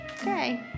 Okay